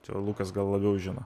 čia lukas gal labiau žino